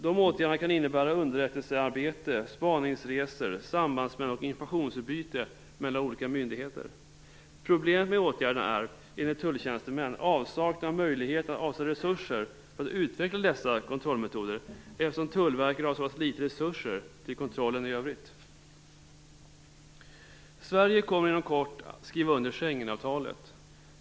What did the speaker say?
De åtgärderna kan innebära underrättelsearbete, spaningsresor, sambandsmän och informationsutbyte mellan olika myndigheter. Problemet med åtgärderna är, enligt tulltjänstemän, avsaknaden av möjligheter att avsätta resurser för att utveckla dessa kontrollmetoder, eftersom Tullverket har så litet resurser till kontrollen i övrigt. Sverige kommer inom kort att skriva under Schengenavtalet.